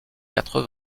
quatre